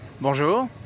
Bonjour